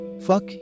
Fuck